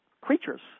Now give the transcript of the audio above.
creatures